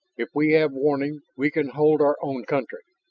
if we have warning, we can hold our own country!